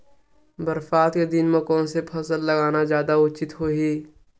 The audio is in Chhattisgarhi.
बरसात के दिन म कोन से फसल लगाना जादा उचित होही?